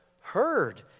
heard